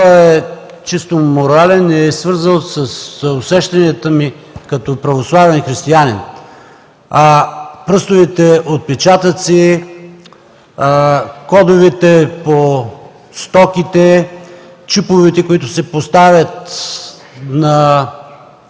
Той е чисто морален и е свързан с разбиранията ми на православен християнин. Пръстовите отпечатъци, кодовете по стоките, чиповете, които се поставят на